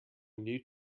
new